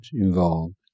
involved